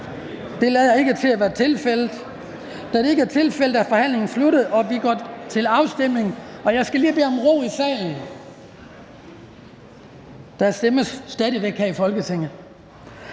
Ønsker nogen at udtale sig? Da det ikke er tilfældet, er forhandlingen sluttet, og vi går til afstemning. Men jeg skal lige bede om ro i salen. Der stemmes stadig væk her i Folketinget.